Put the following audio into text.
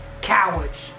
cowards